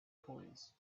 coins